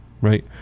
right